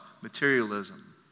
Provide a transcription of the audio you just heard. materialism